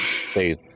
safe